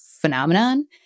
phenomenon